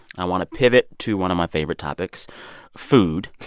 i want to pivot to one of my favorite topics food.